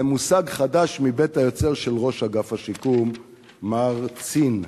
מושג חדש מבית היוצר של ראש אגף השיקום מר צין.